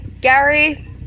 Gary